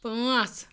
پانٛژھ